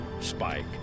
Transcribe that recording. Spike